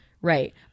Right